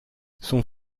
son